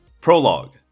Prologue